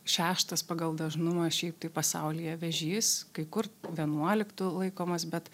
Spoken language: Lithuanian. šeštas pagal dažnumą šiaip tai pasaulyje vėžys kai kur vienuoliktu laikomas bet